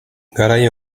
garai